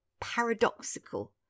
paradoxical